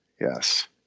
Yes